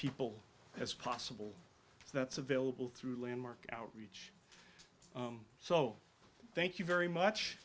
people as possible that's available through landmark outreach so thank you very much